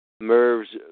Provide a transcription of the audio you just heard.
Merv's